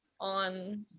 on